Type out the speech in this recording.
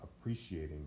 appreciating